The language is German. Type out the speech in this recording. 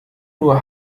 nur